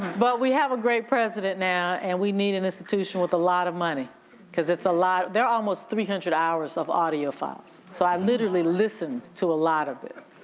but we have a great president now and we need an institution with a lot of money cause it's a lot, there are almost three hundred hours of audio files. so i literally listen to a lot of this.